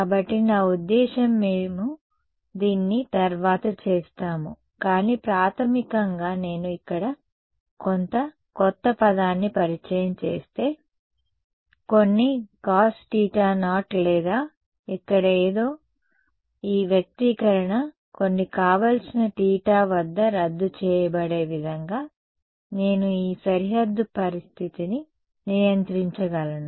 కాబట్టి నా ఉద్దేశ్యం మేము దీన్ని తర్వాత చేస్తాము కానీ ప్రాథమికంగా నేను ఇక్కడ కొంత కొత్త పదాన్ని పరిచయం చేస్తే కొన్ని cos θ0 లేదా ఇక్కడ ఏదో ఇక్కడ ఈ వ్యక్తీకరణ కొన్ని కావలసిన θ వద్ద రద్దు చేయబడే విధంగా నేను ఈ సరిహద్దు కండీషన్ ని నియంత్రించగలను